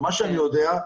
ממה שאני יודע,